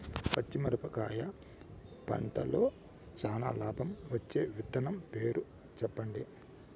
పచ్చిమిరపకాయ పంటలో చానా లాభం వచ్చే విత్తనం పేరు చెప్పండి?